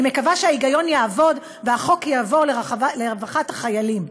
אני מקווה שההיגיון יעבוד והחוק יעבור לרווחת החיילים.